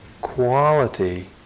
quality